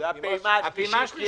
זו הפעימה השלישית,